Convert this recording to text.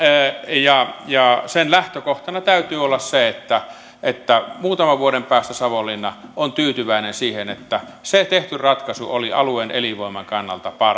ja ja sen lähtökohtana täytyy olla se että että muutaman vuoden päästä savonlinna on tyytyväinen siihen että se tehty ratkaisu oli alueen elinvoiman kannalta